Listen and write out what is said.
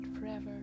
forever